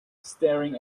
staring